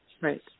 Right